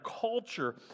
culture